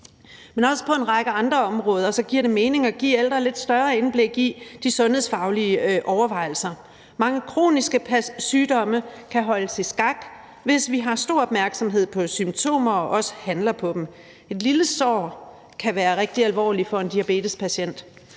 Men også på en række andre områder giver det mening at give ældre lidt større indblik i de sundhedsfaglige overvejelser. Mange kroniske sygdomme kan holdes i skak, hvis vi har stor opmærksomhed på symptomer og også handler på dem. Et lille sår kan være rigtig alvorligt for en diabetespatient.